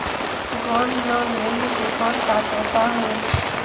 Gold loan लेहे के कौन पात्रता होएल?